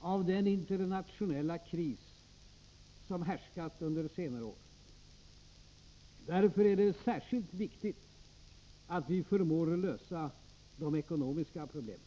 av den internationella kris som härskat under senare år. Därför är det särskilt viktigt att vi förmår lösa de ekonomiska problemen.